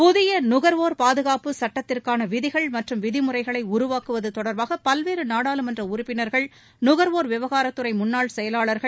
புதிய நுக்வோர் பாதகாப்பு சுட்டத்திற்கான விதிகள் மற்றும் விதிமுறைகளை உருவாக்குவது தொடர்பாக பல்வேறு நாடாளுமன்ற உறுப்பினர்கள் நகர்வோர் விவகாரத் துறை முன்னாள் செயலாளர்கள்